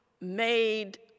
made